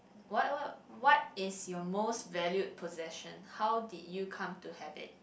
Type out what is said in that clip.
what what what is your most valued possession how did you come to have it